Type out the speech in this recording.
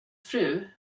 fru